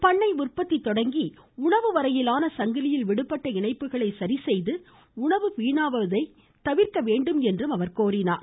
பண்ணை உற்பத்தி தொடங்கி உணவு வரையிலான சங்கிலியில் விடுபட்ட இணைப்புகளை சரிசெய்து உணவு வீணாவதை தவிர்க்க வேண்டும் என்றார்